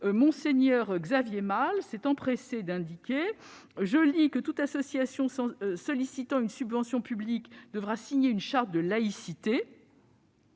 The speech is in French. Mgr Xavier Malle s'est empressé d'indiquer :« Je lis également que toute association sollicitant une subvention publique devra signer une charte de la laïcité